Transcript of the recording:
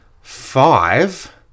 five